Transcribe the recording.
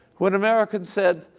when americans said,